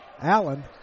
Allen